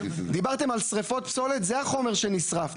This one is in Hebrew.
דיברתם על שריפות פסולת, זה החומר שנשרף.